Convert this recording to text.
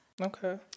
okay